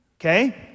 okay